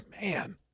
Man